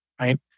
right